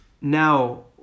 Now